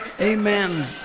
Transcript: Amen